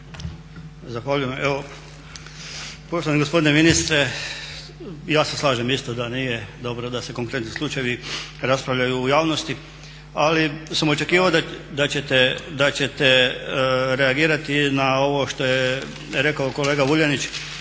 Zahvaljujem. Poštovani gospodine ministre, i ja se slažem isto da nije dobro da se konkretni slučajevi raspravljaju u javnosti ali sam očekivao da ćete reagirati na ovo što je rekao kolega Vuljanić